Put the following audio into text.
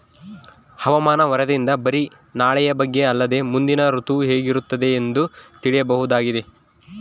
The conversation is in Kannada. ಹವಾಮಾನ ವರದಿಯಿಂದ ಬರಿ ನಾಳೆಯ ಬಗ್ಗೆ ಅಲ್ಲದೆ ಮುಂದಿನ ಋತು ಹೇಗಿರುತ್ತದೆಯೆಂದು ತಿಳಿಯಬಹುದಾಗಿದೆ